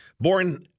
born